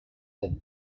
led